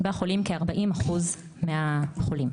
בו חולים 40% מהחולים.